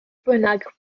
bynnag